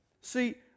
See